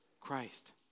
Christ